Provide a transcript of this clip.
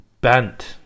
bent